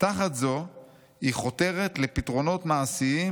"תחת זו היא חותרת לפתרונות מעשיים,